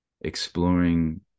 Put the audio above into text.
exploring